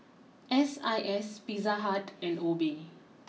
S I S Pizza Hut and Obey